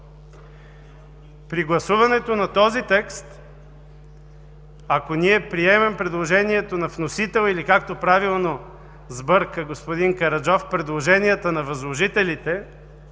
При гласуването на този текст, ако ние приемем предложението на вносител или както правилно сбърка господин Караджов – предложенията на възложителите,